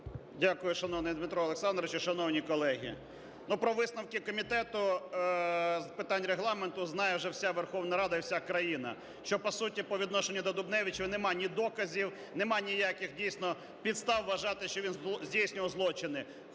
Дякую, шановний Дмитро Олександровичу. Шановні колеги! Ну, про висновки Комітету з питань Регламенту знає вже вся Верховна Рада і вся країна. Що по суті по відношенню до Дубневича нема ні доказів, нема ніяких, дійсно, підстав вважати, що він здійснював злочини.